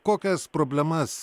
kokias problemas